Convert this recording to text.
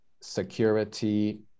security